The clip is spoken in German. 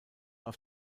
auf